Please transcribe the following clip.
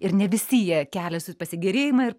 ir ne visi jie kelia pasigėrėjimą ir